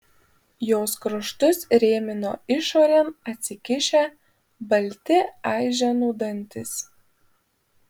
jos kraštus rėmino išorėn atsikišę balti aiženų dantys